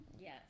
Yes